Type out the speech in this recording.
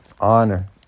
honor